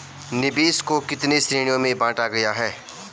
निवेश को कितने श्रेणियों में बांटा गया है?